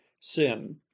sin